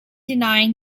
denying